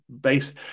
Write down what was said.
base